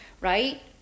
right